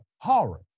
horror